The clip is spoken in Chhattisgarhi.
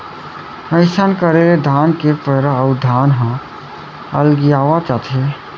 अइसन करे ले धान के पैरा अउ धान ह अलगियावत जाथे